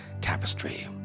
tapestry